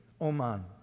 Oman